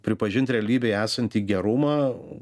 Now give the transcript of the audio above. pripažint realybėj esantį gerumą